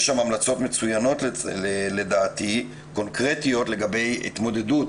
יש שם המלצות מצוינות וקונקרטיות לגבי התמודדות